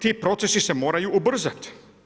Ti procesi se moraju ubrzati.